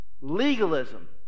legalism